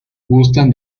gustan